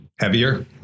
Heavier